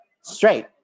straight